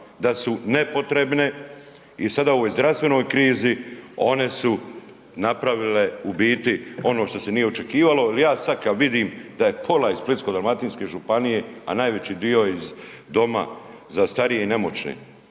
Da su nepotrebne i sada u ovoj zdravstvenoj krizi one su napravile u biti ono što se nije očekivalo. Ja sad kad vidim da je pola iz Splitsko-dalmatinske županije, a najveći dio iz doma za starije i nemoćne,